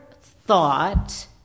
thought